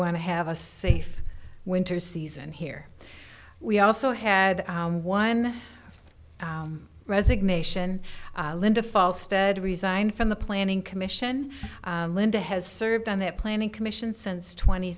want to have a safe winter season here we also had one resignation linda false stead resigned from the planning commission linda has served on their planning commission since twenty